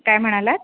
काय म्हणालात